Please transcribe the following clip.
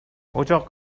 اجاق